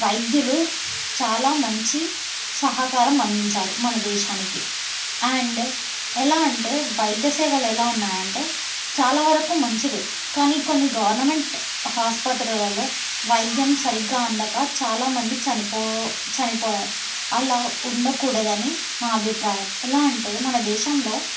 వైద్యులు చాలా మంచి సహకారం అందించారు మన దేశానికి అండ్ ఎలా అంటే వైద్యసేవలు ఎలా ఉన్నాయంటే చాలా వరకు మంచివే కానీ కొన్ని గవర్నమెంట్ ఆసుపత్రులలో వైద్యం సరిగ్గా అందక చాలా మంది చనిపో చనిపోయారు అలా ఉండకూడదని నా అభిప్రాయం ఎలా అంటే మన దేశంలో